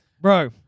Bro